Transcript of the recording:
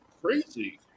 crazy